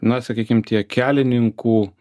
na sakykim tie kelininkų